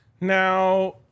Now